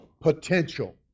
potential